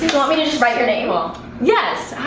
let me just just write your name um yes,